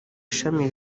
ishami